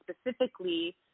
specifically